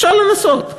אפשר לנסות.